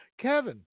Kevin